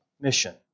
mission